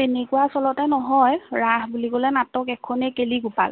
তেনেকুৱা আচলতে নহয় ৰাস বুলি ক'লে নাটক এখনেই কেলিগোপাল